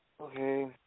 Okay